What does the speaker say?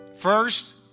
first